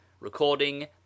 RECORDING